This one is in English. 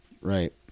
Right